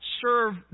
serve